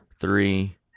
three